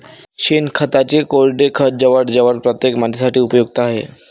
शेणखताचे कोरडे खत जवळजवळ प्रत्येक मातीसाठी उपयुक्त आहे